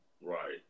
right